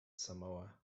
samoa